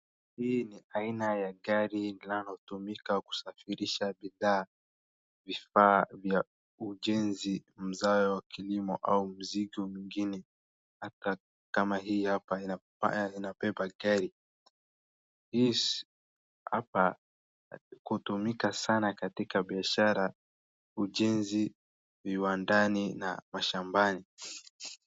Hii ni aina ya gari linayotumika kusafirisha bidhaa, vifaa vya ujenzi, mzao wa kilimo au mzigo mingine hata kama hii hapa inabeba gari. Hapa kutumika sana katika biashara, ujenzi, viwandani na mashambani.